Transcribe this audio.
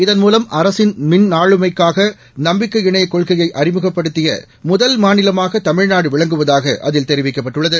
இதன்மூலம் அரசின் மின்னாளுமைக்காகாக நம்பிக்கை இணையக் கொள்கையை அறிமுகப்படுத்திய முதல் மாநிலமாக தமிழ்நாடு விளங்குவதாக அதில் தெரிவிக்கப்பட்டுள்ளது